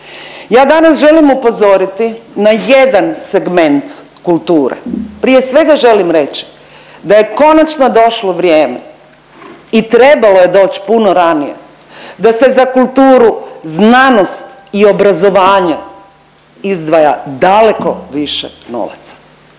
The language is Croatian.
Ja danas želim upozoriti na jedan segment kulture. Prije svega želim reći da je konačno doći vrijeme i trebalo je doći puno ranije da se za kulturu, znanost i obrazovanje izdvaja daleko više novaca.